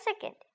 second